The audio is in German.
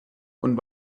und